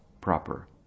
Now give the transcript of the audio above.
proper